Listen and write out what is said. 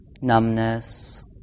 numbness